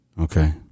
okay